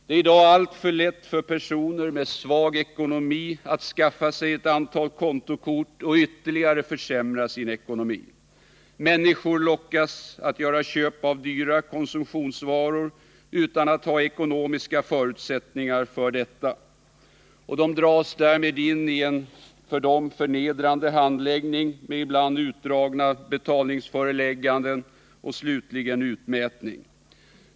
Det är i dag alltför lätt för personer med svag ekonomi att skaffa sig ett antal kontokort och ytterligare försämra sin ekonomi. Människor lockas att göra köp av dyra konsumtionsvaror utan att ha ekonomiska förutsättningar för detta. De dras därmed in i en för dem förnedrande handläggning med ibland utdragna betalningsförelägganden och slutligen utmätning.